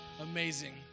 Amazing